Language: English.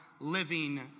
living